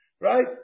right